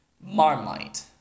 Marmite